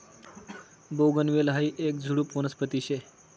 बोगनवेल हायी येक झुडुप वनस्पती शे